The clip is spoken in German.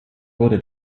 wurde